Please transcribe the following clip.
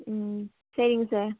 ம் சரிங்க சார்